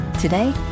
Today